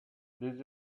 this